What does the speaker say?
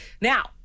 Now